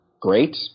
great